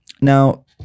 Now